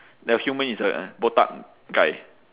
the human is a botak guy